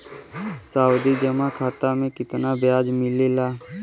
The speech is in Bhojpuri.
सावधि जमा खाता मे कितना ब्याज मिले ला?